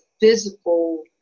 physical